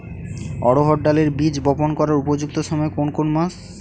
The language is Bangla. অড়হড় ডালের বীজ বপন করার উপযুক্ত সময় কোন কোন মাস?